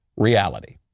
reality